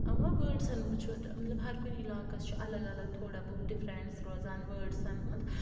اَوا وٲڈسَن چھُ مطلب ہرکُنہِ علاقَس چھُ الگ الگ تھوڑا بہت ڈِفرنٕس روزان وٲڈسَن ہُنٛد